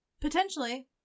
Potentially